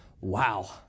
Wow